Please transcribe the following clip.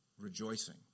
rejoicing